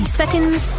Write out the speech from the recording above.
seconds